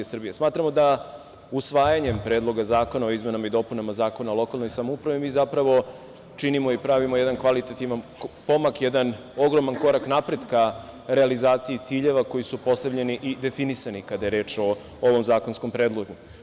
Smatramo da usvajanjem Predloga zakona o izmenama i dopunama Zakona o lokalnoj samoupravi mi zapravo činimo i pravimo jedan kvalitativan pomak, jedan ogroman korak napred ka realizaciji ciljeva koji su postavljeni i definisani kada je reč o ovom zakonskom predlogu.